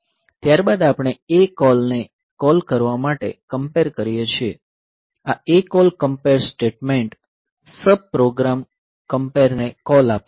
ત્યારબાદ આપણે ACALL ને કોલ કરવા માટે કમ્પેર કરીએ છીએ આ ACALL compare statement sub program compare ને કોલ આપશે